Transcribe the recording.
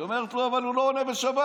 היא אומרת לו: אבל הוא לא עונה בשבת.